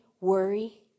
worry